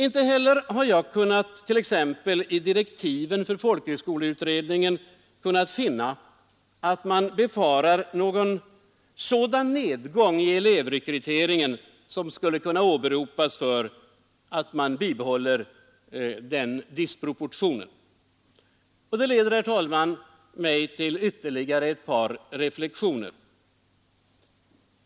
Inte heller har jag i t.ex. direktiven för folkhögskoleutredningen kunnat utläsa, att man befarar sådan nedgång i elevrekryteringen att den skulle kunna åberopas för ett bibehållande av disproportionen. Detta leder mig, herr talman, till ytterligare ett par reflexioner.